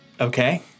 okay